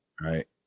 Right